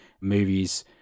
movies